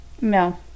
No